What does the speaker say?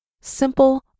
simple